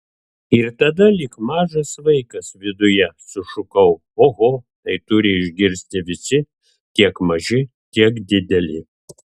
ir tada lyg mažas vaikas viduje sušukau oho tai turi išgirsti visi tiek maži tiek dideli